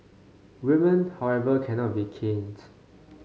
women however cannot be caned